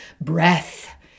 breath